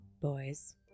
Boys